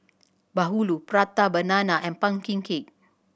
bahulu Prata Banana and pumpkin cake